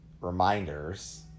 reminders